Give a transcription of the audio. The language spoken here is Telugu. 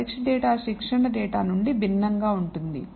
ఈ పరీక్ష డేటా శిక్షణ డేటా నుండి భిన్నంగా ఉంటుంది